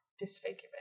disfigurement